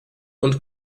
und